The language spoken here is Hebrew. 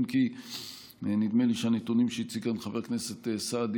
אם כי נדמה לי שהנתונים שהציג כאן חבר הכנסת סעדי